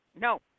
no